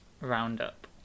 roundup